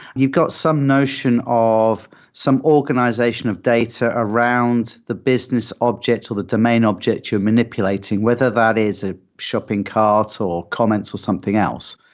you've got some notion of some organization of data around the business object or the domain object you're manipulating, whether that is a shopping cart, or comments, or something else.